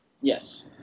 Yes